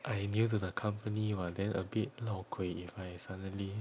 I new to the company what then a bit lao kui if I suddenly